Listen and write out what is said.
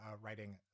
writing